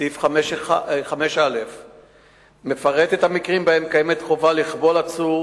סעיף 5א מפרט את המקרים שבהם קיימת חובה לכבול עצור: